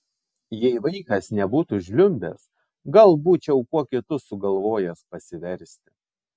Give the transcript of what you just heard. jei vaikas nebūtų žliumbęs gal būčiau kuo kitu sugalvojęs pasiversti